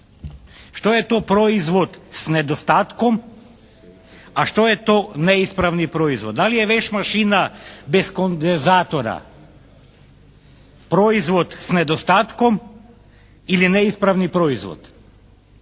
Što je to proizvod s nedostatkom, a što je to neispravni proizvod? Da li je veš mašina bez kondenzatora proizvod s nedostatkom ili neispravni proizvod?